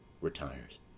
Retires